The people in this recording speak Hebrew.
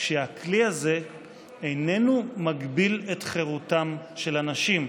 שהכלי הזה איננו מגביל את חירותם של אנשים.